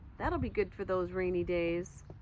that'll be good for those rainy days.